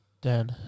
Dan